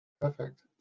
Perfect